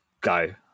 go